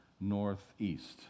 northeast